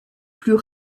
plus